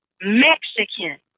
Mexican